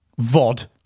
VOD